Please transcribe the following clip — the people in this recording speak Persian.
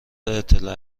اطلاع